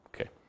Okay